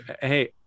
hey